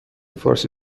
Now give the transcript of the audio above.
فارسی